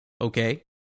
okay